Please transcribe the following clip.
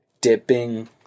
Dipping